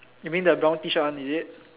you mean the brown T shirt one is it